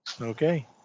Okay